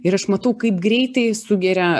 ir aš matau kaip greitai sugeria